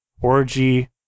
Orgy